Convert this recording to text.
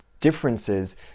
differences